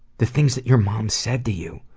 the things your mom said to you.